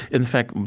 in fact,